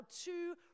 two